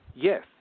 Yes